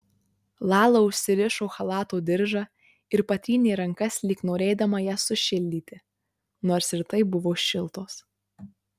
lala užsirišo chalato diržą ir patrynė rankas lyg norėdama jas sušildyti nors ir taip buvo šiltos